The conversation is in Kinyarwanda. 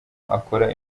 akora